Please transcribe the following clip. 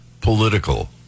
political